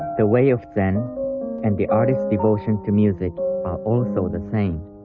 the way of zen and the artist's devotion to music are also the same.